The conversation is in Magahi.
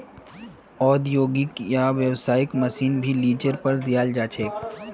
औद्योगिक या व्यावसायिक मशीन भी लीजेर पर दियाल जा छे